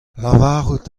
lavaret